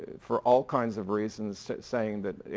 for all kinds of reasons, saying that,